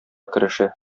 керешә